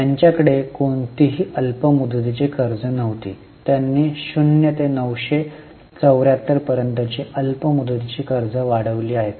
त्यांच्याकडे कोणतीही अल्प मुदतीची कर्जे नव्हती त्यांनी 0 ते 974 पर्यंतची अल्प मुदतीची कर्ज वाढविली आहे